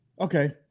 Okay